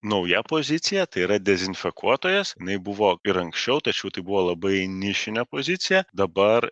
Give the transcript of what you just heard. nauja pozicija tai yra dezinfekuotojas jinai buvo ir anksčiau tačiau tai buvo labai nišinė pozicija dabar